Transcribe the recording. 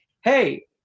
hey